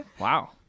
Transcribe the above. Wow